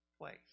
place